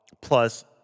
plus